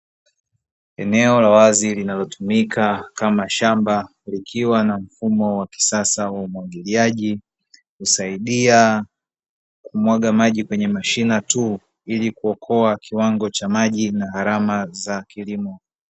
Eneo la wazi linalotumika kama shamba likiwa na mfumo wa kisasa wa umwagiliaji husaidia kumwaga maji kwenye mashina tu, ili kuokoa kiwango cha maji na gharama za kilimo.